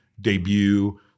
debut